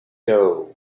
doe